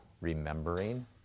Remembering